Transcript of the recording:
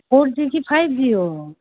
four G कि five G हो